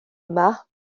yma